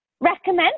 recommend